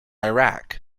iraq